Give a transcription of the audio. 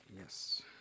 Yes